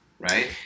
right